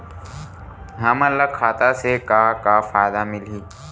हमन ला खाता से का का फ़ायदा मिलही?